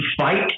fight